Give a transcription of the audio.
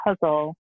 puzzle